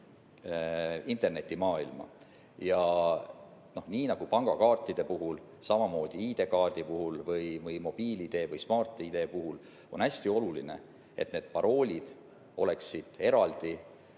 internetimaailma. Nii nagu pangakaartide puhul, samamoodi ID‑kaardi, mobiil‑ID või Smart‑ID puhul on hästi oluline, et need paroolid oleksid eraldi